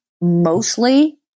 mostly